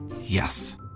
Yes